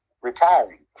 retiring